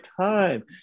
time